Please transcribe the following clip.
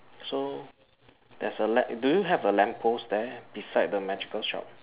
so there's a li~ do you have a lamp post there beside the magical shop